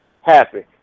happy